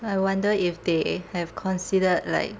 I wonder if they have considered like